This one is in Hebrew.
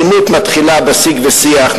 האלימות מתחילה בשיג ושיח,